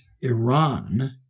Iran